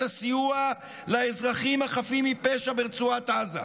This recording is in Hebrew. הסיוע לאזרחים החפים מפשע ברצועת עזה.